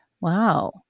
Wow